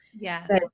Yes